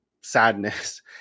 sadness